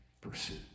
pursuit